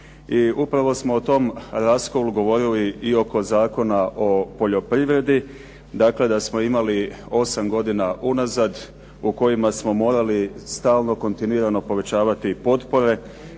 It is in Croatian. upravo smo o tom raskolu govorili i oko Zakona o poljoprivredi, dakle da smo imali 8 godina unazad u kojima smo morali stalno, kontinuirano povećavati potpore